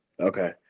Okay